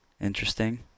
Interesting